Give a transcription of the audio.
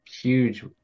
huge